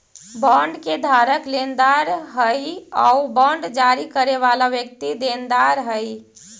bond के धारक लेनदार हइ आउ बांड जारी करे वाला व्यक्ति देनदार हइ